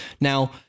now